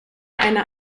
eine